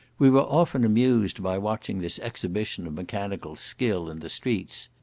we were often amused by watching this exhibition of mechanical skill in the streets.